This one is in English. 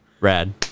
Rad